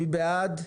מי בעד?